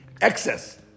excess